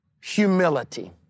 humility